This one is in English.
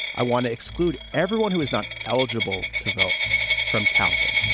i want to exclude everyone who is not eligible to vote from counting